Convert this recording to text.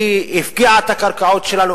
היא הפקיעה את הקרקעות שלנו,